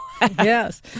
Yes